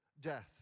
death